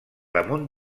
damunt